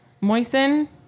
moisten